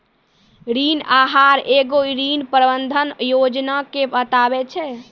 ऋण आहार एगो ऋण प्रबंधन योजना के बताबै छै